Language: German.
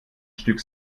stück